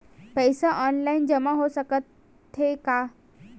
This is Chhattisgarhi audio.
पईसा ऑनलाइन जमा हो साकत हे का?